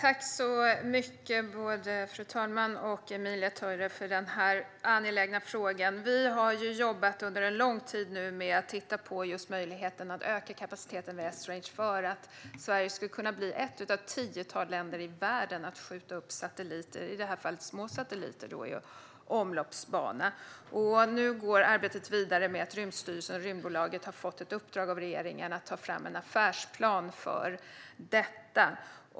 Fru talman! Tack för den angelägna frågan, Emilia Töyrä! Vi har under lång tid jobbat med att titta på just möjligheten att öka kapaciteten vid Esrange för att Sverige ska kunna bli ett av ett tiotal länder i världen att skjuta upp satelliter, i det här fallet små satelliter, i omloppsbana. Nu går arbetet vidare i och med att Rymdstyrelsen och Rymdaktiebolaget har fått i uppdrag av regeringen att ta fram en affärsplan för detta.